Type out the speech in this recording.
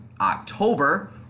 October